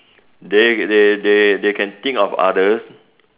they they they they can think of others